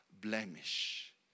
blemish